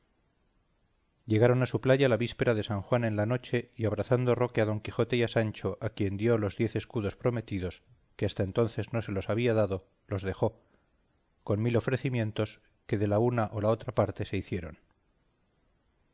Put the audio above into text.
llegaron a su playa la víspera de san juan en la noche y abrazando roque a don quijote y a sancho a quien dio los diez escudos prometidos que hasta entonces no se los había dado los dejó con mil ofrecimientos que de la una a la otra parte se hicieron